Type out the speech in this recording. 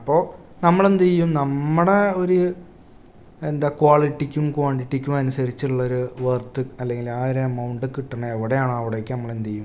അപ്പോൾ നമ്മളെന്തു ചെയ്യും നമ്മുടെ ഒരു എന്താ കോളിറ്റിക്കും കോൻഡിറ്റിക്കും അനുസരിച്ചുള്ളൊരു വർത്ത് അല്ലെങ്കിൽ ആ ഒരു എമൌണ്ട് കിട്ടണ എവിടെയാണോ അവിടേക്ക് നമ്മളെന്തു ചെയ്യും